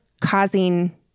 causing